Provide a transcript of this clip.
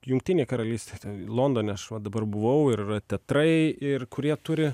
jungtinė karalystė londone aš va dabar buvau ir yra teatrai ir kurie turi